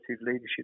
leadership